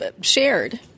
shared